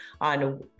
on